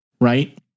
Right